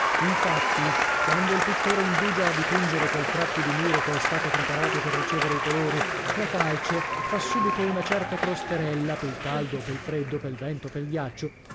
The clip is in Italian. infatti quando il pittore indugia a dipingere quel tratto di muro che è stato preparato per ricevere i colori la calce fa subito una certa crosterella pel caldo o pel freddo pel vento o pel ghiaccio